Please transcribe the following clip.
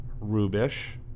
Rubish